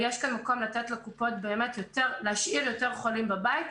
יש מקום להשאיר יותר חולים בבית,